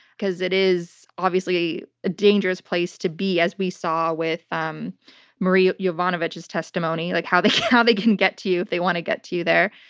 because it is, obviously, a dangerous place to be, as we saw with um marie yovanovitch's testimony like how they how they can get to you if they want to get to you there.